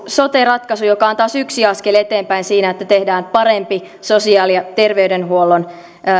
sote ratkaisu joka on taas yksi askel eteenpäin siinä että tehdään parempi sosiaali ja terveydenhuollon